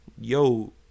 yo